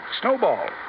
snowball